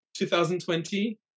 2020